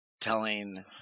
telling